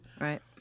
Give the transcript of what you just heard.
Right